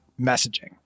messaging